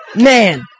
Man